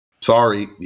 sorry